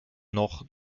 noch